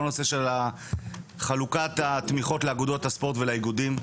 וכל הנושא של חלוקת התמיכות לאגודות הספורט ולאיגודים.